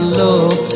love